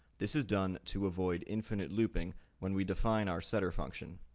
this is done to avoid infinite looping when we define our setter function.